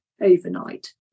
overnight